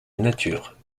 nature